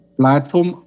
platform